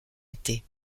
était